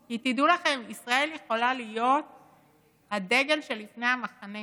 כי תדעו לכם, ישראל יכולה להיות הדגל שלפני המחנה